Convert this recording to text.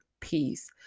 peace